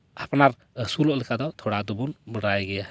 ᱟᱯᱱᱟᱨ ᱟᱥᱩᱞᱚᱜ ᱞᱮᱠᱟ ᱛᱷᱚᱲᱟ ᱫᱚᱵᱚᱱ ᱵᱟᱲᱟᱭ ᱜᱮᱭᱟ